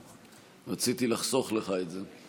רציתי לחסוך לך את זה.